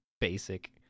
basic